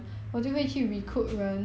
mm